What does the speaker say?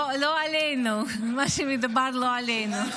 לא עלינו, לא מדובר עלינו.